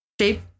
Shape